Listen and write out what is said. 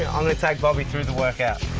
um gonna tag bobby through the workout.